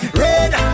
red